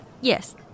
yes